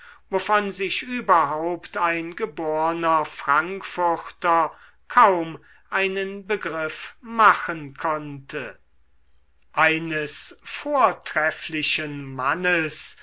wovon sich überhaupt ein geborner frankfurter kaum einen begriff machen konnte eines vortrefflichen mannes